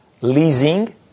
leasing